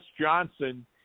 Johnson